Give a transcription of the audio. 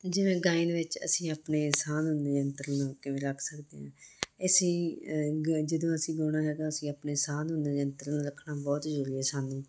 ਜਿਵੇਂ ਗਾਇਨ ਵਿੱਚ ਅਸੀਂ ਆਪਣੇ ਸਾਹ ਨਿਯੰਤਰਣ ਨੂੰ ਕਿਵੇਂ ਰੱਖ ਸਕਦੇ ਹਾਂ ਅਸੀਂ ਜਦੋਂ ਅਸੀਂ ਗਾਉਣਾ ਹੈਗਾ ਅਸੀਂ ਆਪਣੇ ਸਾਹ ਨੂੰ ਨਿਯੰਤਰਣ ਰੱਖਣਾ ਬਹੁਤ ਜ਼ਰੂਰੀ ਹੈ ਸਾਨੂੰ